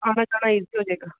ਆਉਣਾ ਜਾਣਾ ਈਜ਼ੀ ਹੋ ਜਾਵੇਗਾ